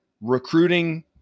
recruiting